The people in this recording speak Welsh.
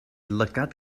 lygaid